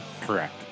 Correct